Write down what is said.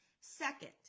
Second